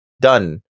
done